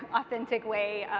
authentic way.